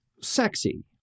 sexy